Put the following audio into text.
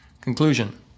Conclusion